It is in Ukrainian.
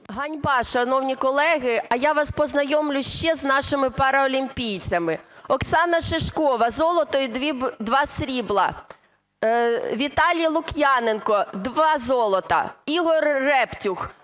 Ганьба, шановні колеги. А я вас познайомлю ще з нашими параолімпійцями. Оксана Шишкова: золото і два срібла. Віталій Лук'яненко: два золота. Ігор Рептюх: золото, срібло